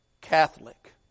Catholic